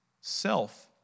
self